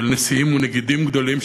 של נשיאים ונגידים גדולים,